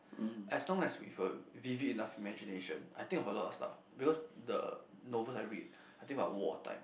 as long as you have a vivid enough imagination I think of a lot of stuff because the novels I read I think about war time